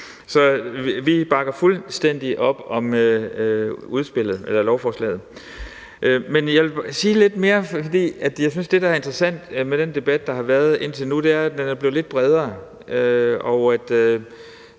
Så vi bakker fuldstændig op om lovforslaget. Men jeg vil sige lidt mere, for jeg synes, at det, der er interessant med den debat, der har været indtil nu, er, at den er blevet lidt bredere,